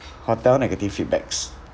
hotel negative feedbacks